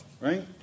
right